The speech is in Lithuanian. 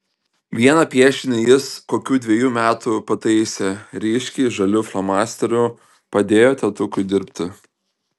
vieną piešinį jis kokių dvejų metų pataisė ryškiai žaliu flomasteriu padėjo tėtukui dirbti